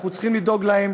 אנחנו צריכים לדאוג להם